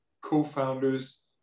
co-founders